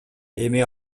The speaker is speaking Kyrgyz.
эми